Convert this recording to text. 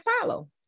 follow